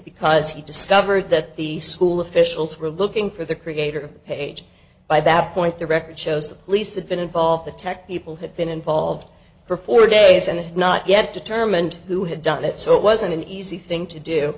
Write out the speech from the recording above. because he discovered that the school officials were looking for the creator page by that point the record shows that police had been involved the tech people had been involved for four days and had not yet determined who had done it so it wasn't an easy thing to do